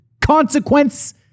consequence